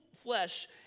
flesh